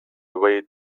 way